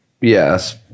Yes